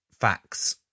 facts